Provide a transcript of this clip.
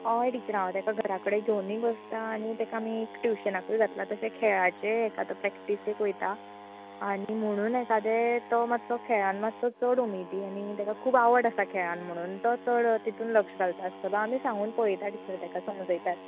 हय टिचर हांव तेका घरा कडेन घेवनूय बसतां आनी तेका आमी एक ट्यूशनाकूय घातलां तशें खेळाचे हेका तो प्रेक्टीसेक वयतां आनी म्हणून एकादे तो मातसो खेळान मातसो चड उमेदी आनी तेका खूब आवड आसा खेळान म्हणून तो चड तेतून लक्ष्य घालतां आसतलो आमी सांगून पळयता टिचर तेका समजयतात